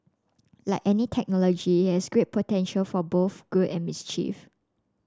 like any technology it has great potential for both good and mischief